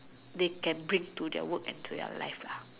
they can bring to their work and their life ah